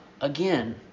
again